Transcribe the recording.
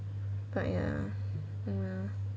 but ya oh well